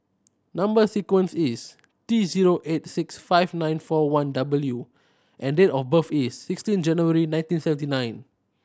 number sequence is T zero eight six five nine four one W and date of birth is sixteen January nineteen seventy nine